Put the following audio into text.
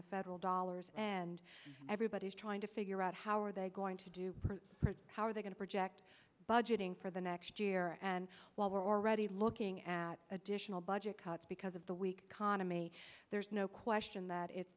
the federal dollars and everybody is trying to figure out how are they going to do how are they going to project budgeting for the next year and while we're already looking at additional budget cuts because of the weak khana me there's no question that if